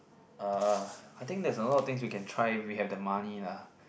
uh I think there's a lot of things we can try if we have the money lah